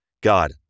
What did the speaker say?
God